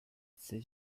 c’est